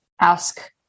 ask